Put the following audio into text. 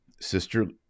Sister